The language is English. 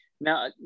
Now